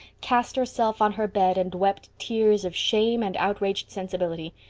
cast herself on her bed and wept tears of shame and outraged sensibility.